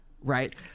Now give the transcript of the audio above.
Right